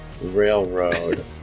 Railroad